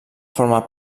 forma